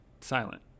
silent